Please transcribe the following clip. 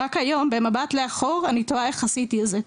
רק היום במבט לאחור אני תוהה איך עשיתי את זה.